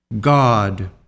God